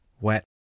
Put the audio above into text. wet